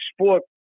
sport